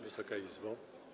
Wysoka Izbo!